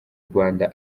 rwanda